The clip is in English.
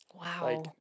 Wow